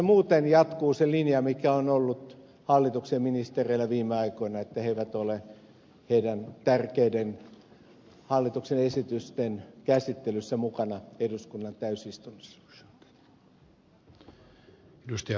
muuten jatkuu se linja mikä on ollut hallituksen ministereillä viime aikoina että he eivät ole heidän tärkeiden hallituksen esitystensä käsittelyssä mukana eduskunnan täysistunnossa